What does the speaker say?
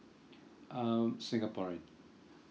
um singaporean